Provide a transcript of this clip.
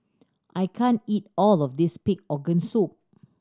I can't eat all of this pig organ soup